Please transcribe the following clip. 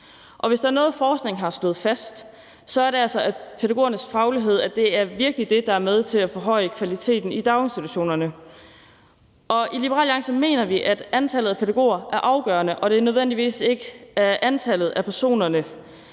Hvis der er noget, forskningen har slået fast, er det altså, at pædagogernes faglighed virkelig er det, der er med til at forhøje kvaliteten i daginstitutionerne. I Liberal Alliance mener vi, at antallet af pædagoger er afgørende, og at det ikke nødvendigvis er antallet af personer,